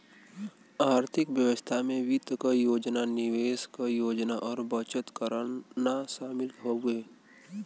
आर्थिक व्यवस्था में वित्त क योजना निवेश क योजना और बचत करना शामिल हउवे